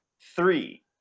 three